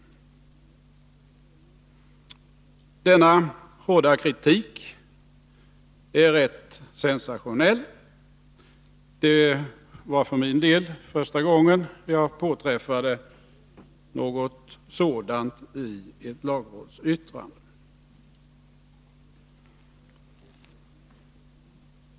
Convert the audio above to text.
Denna hårda kritik är rätt sensationell. Det var för min del första gången som jag påträffade något sådant i ett lagrådsyttrande.